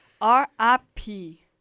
R-I-P